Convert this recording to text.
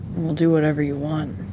we'll do whatever you want.